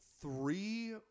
three